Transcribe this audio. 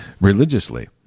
religiously